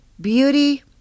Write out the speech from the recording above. Beauty